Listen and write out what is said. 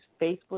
Facebook